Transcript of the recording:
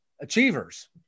achievers